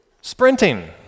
Sprinting